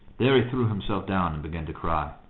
there he threw himself down and began to cry.